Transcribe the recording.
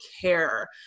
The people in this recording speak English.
care